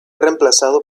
reemplazado